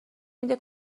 میده